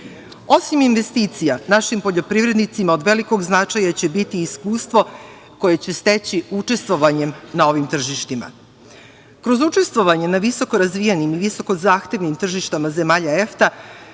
Osim investicija našim poljoprivrednicima od velikog značaja će biti iskustvo koje će steći učestvovanjem na ovim tržištima. Kroz učestvovanje na visokorazvijenim i visoko zahtevnim tržištima zemalja EFTA,